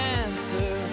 answer